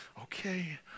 okay